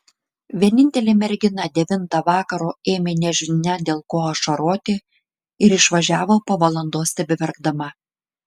vienintelė mergina devintą vakaro ėmė nežinia dėl ko ašaroti ir išvažiavo po valandos tebeverkdama